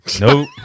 Nope